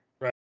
Right